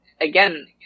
again